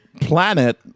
planet